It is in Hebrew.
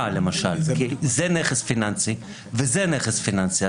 למשל כי זה נכס פיננסי וזה נכס פיננסי.